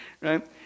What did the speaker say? right